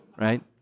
right